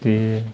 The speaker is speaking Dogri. ते